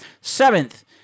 Seventh